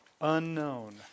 Unknown